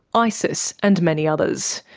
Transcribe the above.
isis, and many others.